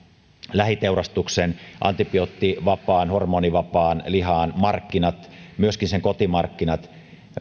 lähiteurastuksen antibioottivapaan hormonivapaan lihan markkinat myöskin kotimarkkinoiden